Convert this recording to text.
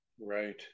Right